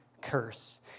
curse